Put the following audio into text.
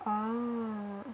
orh